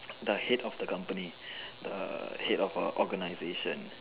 the head of the company the head of an Organisation